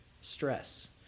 stress